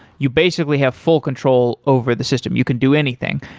you basically have full control over the system. you can do anything.